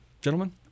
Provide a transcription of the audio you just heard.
Gentlemen